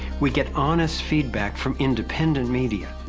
we get honest feedback from independent media.